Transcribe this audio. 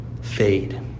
fade